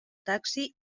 taxi